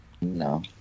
no